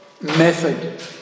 method